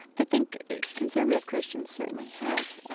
i think conservative christians certainly have,